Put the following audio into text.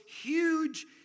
huge